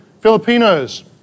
Filipinos